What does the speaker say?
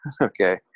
Okay